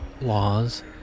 laws